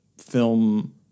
film